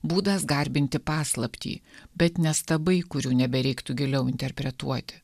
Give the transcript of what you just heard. būdas garbinti paslaptį bet ne stabai kurių nebereiktų giliau interpretuoti